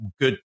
good